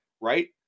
right